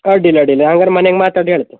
ಅಡ್ಡಿಲ್ಲ ಅಡ್ಡಿಲ್ಲ ಹಂಗಾರೆ ಮನೇಗೆ ಮಾತಾಡಿ ಹೇಳ್ತೆ